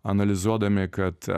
analizuodami kad